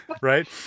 right